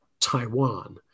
Taiwan